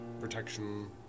protection